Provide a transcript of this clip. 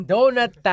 Donut